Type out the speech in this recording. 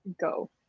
go